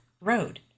Road